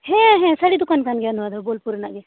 ᱦᱮᱸ ᱦᱮᱸ ᱥᱟᱹᱲᱤ ᱫᱚᱠᱟᱱ ᱠᱟᱱ ᱜᱮᱭᱟ ᱵᱳᱞᱯᱩᱨ ᱨᱮᱱᱟᱜ ᱜᱮ